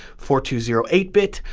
four two zero eight bit,